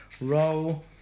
roll